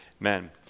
Amen